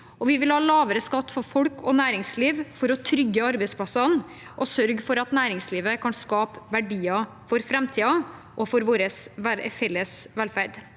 vi vil ha lavere skatt for folk og næringsliv, for å trygge arbeidsplassene og sørge for at næringslivet kan skape verdier for framtiden og for vår felles velferd.